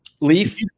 Leaf